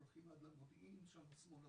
הולכים עד למודיעין שם שמאלה,